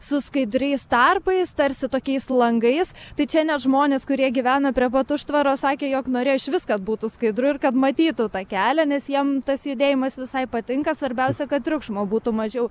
su skaidriais tarpais tarsi tokiais langais tai čia net žmonės kurie gyvena prie pat užtvaros sakė jog norėjo išvis kad būtų skaidru ir kad matytų tą kelią nes jiem tas judėjimas visai patinka svarbiausia kad triukšmo būtų mažiau